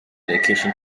education